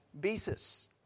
basis